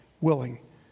willing